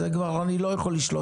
על זה אני כבר לא יכול לשלוט.